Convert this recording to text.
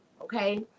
okay